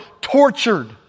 tortured